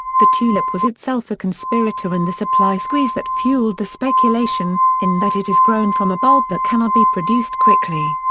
the tulip was itself a conspirator in the supply-squeeze that fueled the speculation, in that it is grown from a bulb that cannot be produced quickly.